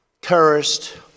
terrorist